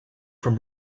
from